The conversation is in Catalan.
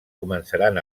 començaran